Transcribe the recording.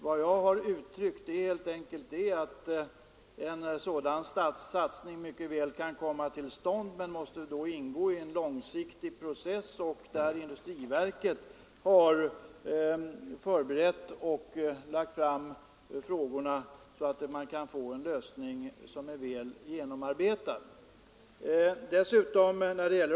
Vad jag jag uttryckt är helt enkelt att en sådan satsning mycket väl kan komma till stånd men måste ingå i en långsiktig process, där industriverket har förberett och lagt fram frågorna, så att man kan få en väl genomarbetad lösning.